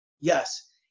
yes